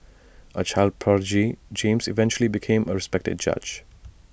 A child prodigy James eventually became A respected judge